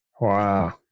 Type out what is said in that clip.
Wow